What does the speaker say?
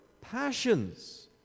passions